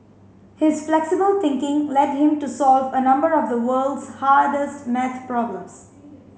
his flexible thinking led him to solve a number of the world's hardest maths problems